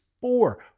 four